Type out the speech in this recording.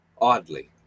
Oddly